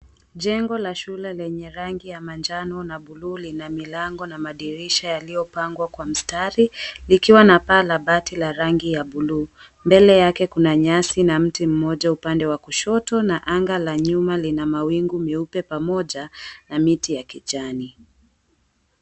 Jengo la shule lenye rangi ya manjano na buluu lina milango na madirisha yaliyopangwa kwa mstari likiwa na paa la bati la rangi ya bluu, mbele yake kuna nyasi na mti mmoja upande wa kushoto na anga la nyuma lina mawingu meupe pamoja na miti ya kijani.